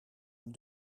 een